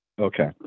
Okay